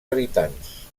habitants